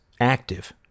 active